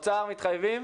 האוצר מתחייב?